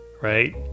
right